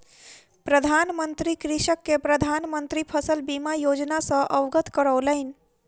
प्रधान मंत्री कृषक के प्रधान मंत्री फसल बीमा योजना सॅ अवगत करौलैन